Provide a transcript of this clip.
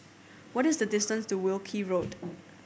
what is the distance to Wilkie Road